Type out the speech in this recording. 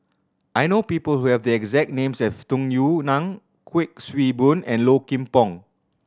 I know people who have the exact name as Tung Yue Nang Kuik Swee Boon and Low Kim Pong